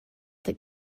that